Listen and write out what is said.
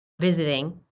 visiting